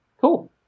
Cool